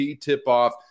tip-off